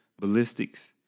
ballistics